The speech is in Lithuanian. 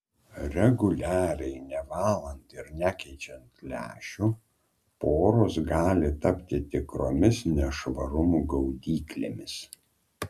reguliariai nevalant ir nekeičiant lęšių poros gali tapti tikromis nešvarumų gaudyklėmis